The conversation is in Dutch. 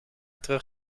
terug